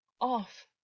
Off